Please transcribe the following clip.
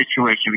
situation